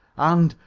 and,